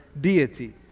deity